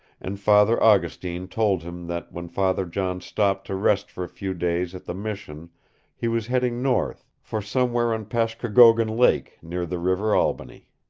and father augustine told him that when father john stopped to rest for a few days at the mission he was heading north, for somewhere on pashkokogon lake near the river albany.